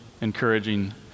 encouraging